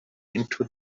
into